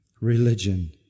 Religion